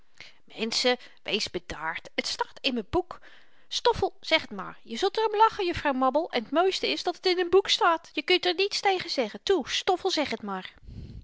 plezier menschen wees bedaard t staat in n boek stoffel zeg t maar je zult r om lachen juffrouw mabbel en t mooiste is dat t in n boek staat je kunt er niets tegen zeggen toe stoffel zeg t maar